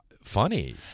funny